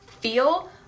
feel